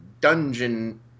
dungeon